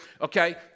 okay